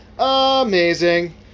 amazing